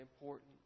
important